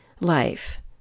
life